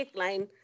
line